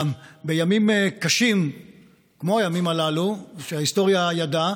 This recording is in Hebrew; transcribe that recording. בימים קשים כמו הימים הללו שההיסטוריה ידעה